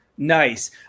Nice